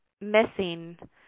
missing